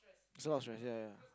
so I